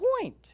point